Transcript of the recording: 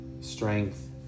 strength